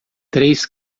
três